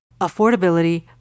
affordability